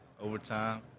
overtime